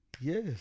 Yes